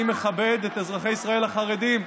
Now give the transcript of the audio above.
אני מכבד את אזרחי ישראל החרדים,